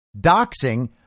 doxing